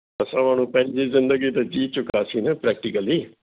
असां माण्हू पंहिंजी ज़िंदगी त जीउ चुकियासीं न प्रैक्टिकली